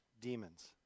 demons